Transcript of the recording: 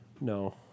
No